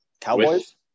Cowboys